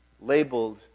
labeled